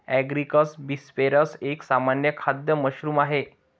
Agaricus bisporus एक सामान्य खाद्य मशरूम आहे